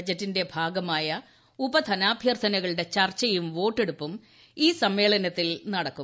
ബജറ്റിന്റെ ഭാഗ്നമായ ഉപധനാഭ്യർത്ഥനകളുടെ ചർച്ചയും വോട്ടെടുപ്പും ഇ്റ്റ് സമ്മേളനത്തിൽ നടക്കും